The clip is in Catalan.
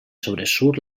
sobresurt